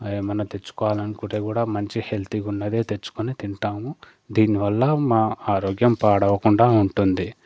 ఏమన్నా తెచ్చుకోవాలి అనుకుంటే కూడా మంచి హెల్తీగా ఉన్నదే తెచ్చుకొని తింటాము దీని వల్ల మా ఆరోగ్యం పాడు అవ్వకుండా ఉంటుంది